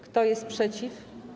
Kto jest przeciw?